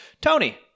Tony